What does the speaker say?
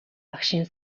багшийн